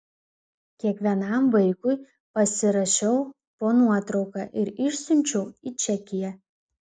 kiekvienam vaikui pasirašiau po nuotrauka ir išsiunčiau į čekiją